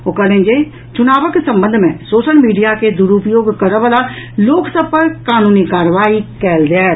ओ कहलनि जे चुनाव संबंध मे सोशल मीडिया के दुरूपयोग करऽ वला लोक सभ पर कानूनी कार्रवाई कयल जायत